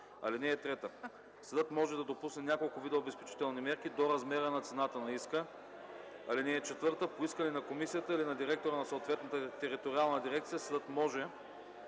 наложени. (3) Съдът може да допусне няколко вида обезпечителни мерки до размера на цената на иска. (4) По искане на комисията или на директора на съответната териториална дирекция съдът може